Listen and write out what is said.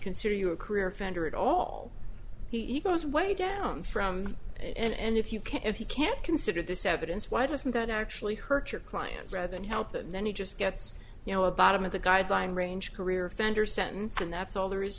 consider you a career offender at all he goes way down from and if you can if you can't consider this evidence why doesn't that actually hurt your client rather than help and then he just gets you know a bottom of the guideline range career offender sentence and that's all there is